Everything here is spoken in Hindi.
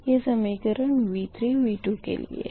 ये समीकरण 3 V2 के लिये है